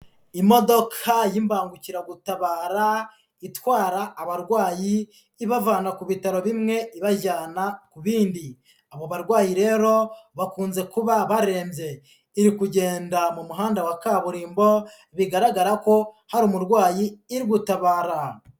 Imodoka y'imbangukiragutabara itwara abarwayi ibavana ku bitaro bimwe ibajyana ku bindi. Abo barwayi rero, bakunze kuba barembye. Iri kugenda mu muhanda wa kaburimbo, bigaragara ko hari umurwayi iri gutabara.